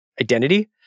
identity